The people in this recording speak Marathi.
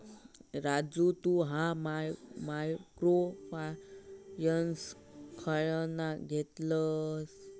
राजू तु ह्या मायक्रो फायनान्स खयना घेतलस?